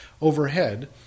overhead